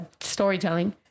storytelling